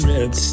Red